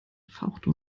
fauchte